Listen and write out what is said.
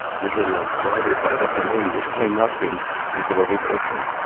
usually on friday, five afternoon, you will find nothing in tel aviv open.